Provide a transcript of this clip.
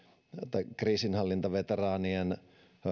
tai kriisinhallintaveteraanien